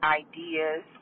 ideas